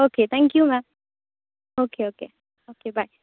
okay thank you ma'am okay okay okay bye